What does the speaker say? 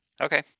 Okay